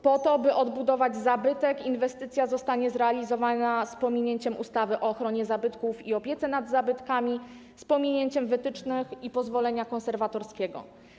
Po to, by odbudować zabytek, inwestycja zostanie zrealizowana z pominięciem ustawy o ochronie zabytków i opiece nad zabytkami, z pominięciem wytycznych i pozwolenia konserwatorskiego.